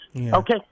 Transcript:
okay